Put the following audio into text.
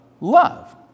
love